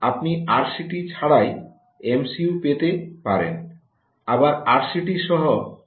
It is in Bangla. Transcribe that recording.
আপনি আরটিসি ছাড়াই এমসিইউ পেতে পারেন আবার আরটিসি সহ একটি এমসিইউ পেতে পারেন